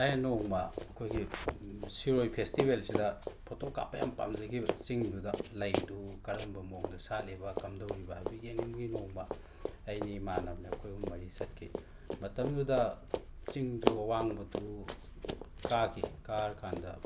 ꯑꯩꯅ ꯅꯣꯡꯃ ꯑꯩꯈꯣꯏꯒꯤ ꯁꯤꯔꯣꯏ ꯐꯦꯁꯇꯤꯕꯦꯜꯁꯤꯗ ꯐꯣꯇꯣ ꯀꯥꯞꯄ ꯌꯥꯝ ꯄꯥꯝꯖꯈꯤꯕ ꯆꯤꯡꯗꯨꯗ ꯂꯩꯗꯨ ꯀꯔꯝꯕ ꯃꯑꯣꯡꯗ ꯁꯥꯠꯂꯤꯕ ꯀꯝꯗꯧꯔꯤꯕ ꯍꯥꯏꯕꯗꯨ ꯌꯦꯡꯅꯤꯡꯕꯒꯤ ꯅꯣꯡꯃ ꯑꯩꯅꯦ ꯏꯃꯥꯟꯅꯕꯅꯦ ꯑꯩꯈꯣꯏ ꯑꯍꯨꯝ ꯃꯔꯤ ꯆꯠꯈꯤ ꯃꯇꯝꯗꯨꯗ ꯆꯤꯡꯗꯨ ꯑꯋꯥꯡꯕꯗꯨ ꯀꯥꯈꯤ ꯀꯥꯔ ꯀꯥꯟꯗ